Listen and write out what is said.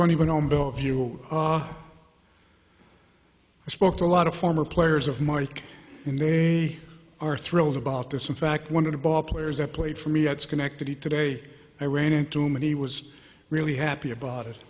one on bellevue i spoke to a lot of former players of marty and they are thrilled about this in fact one of the ball players that played for me at schenectady today i ran into him and he was really happy about it